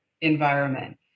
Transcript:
environment